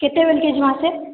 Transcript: କେତେବେଲ୍କେ ଯିମା ସେ